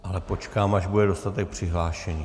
Ale počkám, až bude dostatek přihlášených.